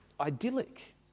idyllic